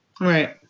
Right